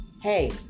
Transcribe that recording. hey